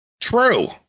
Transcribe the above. true